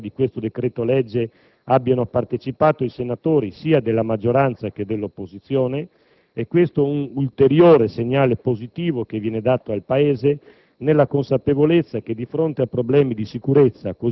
È certamente molto positivo che alla miglior formulazione di questo decreto-legge abbiano partecipato senatori sia della maggioranza che dell'opposizione. È questo un ulteriore segnale positivo che viene dato al Paese,